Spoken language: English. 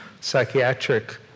psychiatric